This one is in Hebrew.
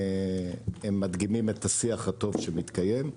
הם מדגימים את השיח הטוב שמתקיים.